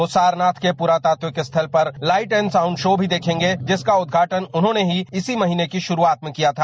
वह सारनाथ के पुरातात्विक स्थल पर लाइट एन्ड साउंड शो भी देखेंगे जिसका उद्घाटन उन्होंने ही इसी महीने की शुरुआत में किया था